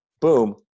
boom